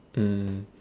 um